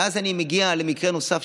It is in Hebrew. ואז אני מגיע למקרה נוסף.